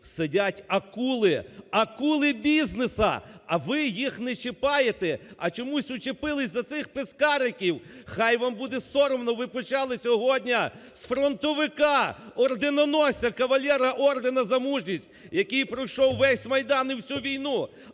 видять акули, акули бізнесу, а ви їх не чіпаєте, а чомусь учепились за цих "пескариків". Хай вам буде соромно! Ви почали сьогодні із фронтовика, орденоносця, кавалера "Ордену за мужність", який пройшов весь Майдан і всю війну,